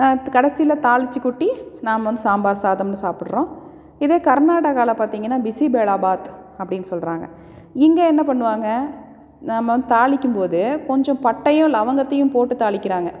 கடைசியில் தாளிச்சி கொட்டி நாம் வந்து சாம்பார் சாதம்ன்னு சாப்பிட்றோம் இதே கர்நாடகாவில் பார்த்தீங்கன்னா பிசிபெலாபாத் அப்படின்னு சொல்கிறாங்க இங்கே என்ன பண்ணுவாங்க நம்ம வந்து தாளிக்கும் போது கொஞ்சம் பட்டையும் லவங்கத்தையும் போட்டு தாளிக்கிறாங்கள்